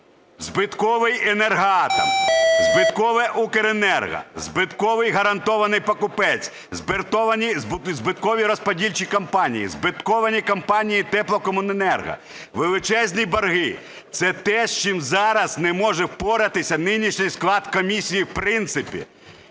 Збитковий "Енергоатом", збиткове "Укренерго", збитковий гарантований покупець, збиткові розподільчі компанії, збиткові компанії теплокомуненерго, величезні борги – це те з чим зараз не може впоратися нинішній склад комісії в принципі.